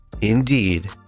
indeed